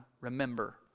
remember